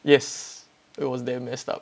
yes it was damn messed up